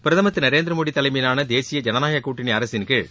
பிரதமர் திரு நரேந்திரமோடி தலைமையிலான தேசிய ஜனநாயகக் கூட்டணி அரசின்கீழ்